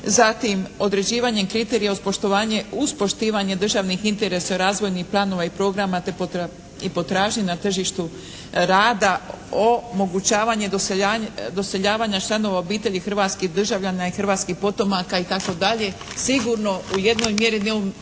Zatim određivanjem kriterija uz poštovanje, uz poštivanje državnih interesa razvojnih planova i programa i potražnje na tržištu rada, omogućavanje doseljavanja članova obitelji hrvatskih državljana i hrvatskih potomaka itd. Sigurno u jednoj mjeri, ne u